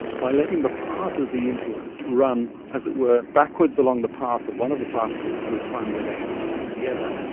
by letting the path of the influence run, as it were, backwards along the path of one of the particles to a time where they were together,